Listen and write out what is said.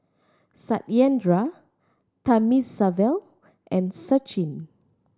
Satyendra Thamizhavel and Sachin